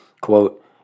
quote